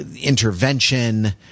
intervention